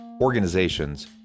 organizations